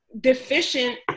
deficient